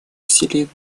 усилий